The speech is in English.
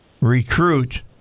recruit